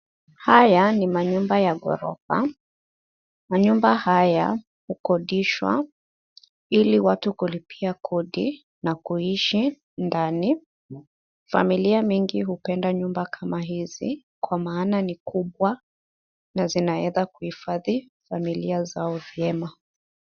Haya ni manyumba ya ghorofa. Manyumba haya hukodishwa ili watu kulipia kodi na kuishi ndani. Familia mingi hupenda nyumba kama hizi kwa maana ni kubwa, na zinaeza kuhifadhi familia zao vyema.